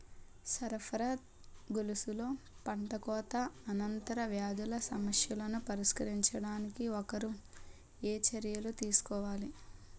సరఫరా గొలుసులో పంటకోత అనంతర వ్యాధుల సమస్యలను పరిష్కరించడానికి ఒకరు ఏ చర్యలు తీసుకోవాలి?